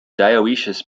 dioecious